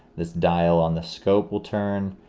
this dial on the scope will turn,